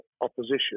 opposition